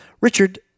Richard